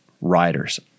riders